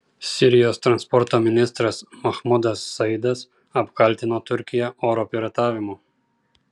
sirijos transporto ministras mahmudas saidas apkaltino turkiją oro piratavimu